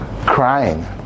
crying